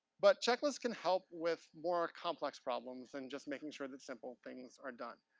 but checklists can help with more complex problems than just making sure that simple things are done.